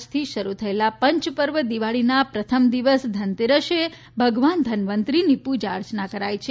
આજથી શરૂ થયેલા પંચ પર્વ દિવાળીના પ્રથમ દિવસે ધનતેરસે ભગવાન ધન્વંતરિની પૂજા અર્ચના કરાય છે